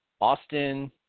Austin